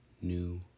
new